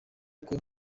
uko